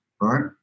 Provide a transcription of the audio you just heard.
right